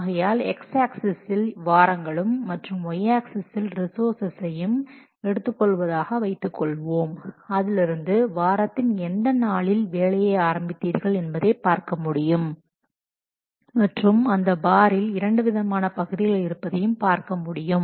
ஆகையால் எக்ஸ் ஆக்சிஸில் வாரங்களும் மற்றும் y ஆக்சிஸில் ரிஸோர்ஸ்சசையும் எடுத்துக்கொள்வதாக வைத்துக் கொள்வோம் அதிலிருந்து வாரத்தின் எந்த நாளில் வேலையை ஆரம்பித்தீர்கள் என்பதை பார்க்க முடியும் மற்றும் அந்த பாரில் 2 விதமான பகுதிகள் இருப்பதையும் பார்க்க முடியும்